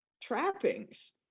trappings